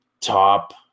top